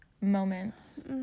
moments